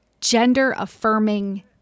gender-affirming